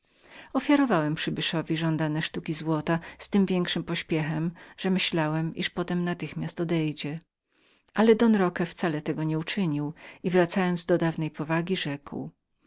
spostrzegam ofiarowałem przybyszowi żądane sztuki złota z tym większym pośpiechem że myślałem iż potem natychmiast odejdzie ale don roque wcale tego nie uczynił i wracając do dawnej surowej postaci rzekł